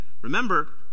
remember